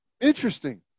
interesting